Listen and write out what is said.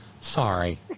Sorry